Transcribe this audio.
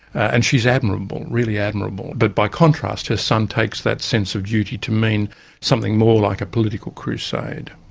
and she's admirable, really admirable. but by contrast, her son takes that sense of duty to mean something more like a political crusade.